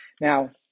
Now